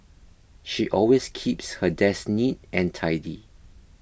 she always keeps her desk neat and tidy